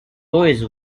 lewis